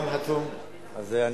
אלי, אני גם חתום על זה, אז, אתה גם חתום?